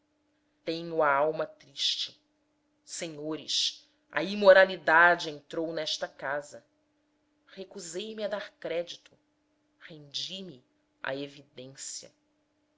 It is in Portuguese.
tenho a alma triste senhores a imoralidade entrou nesta casa recusei me a dar crédito rendi me à evidência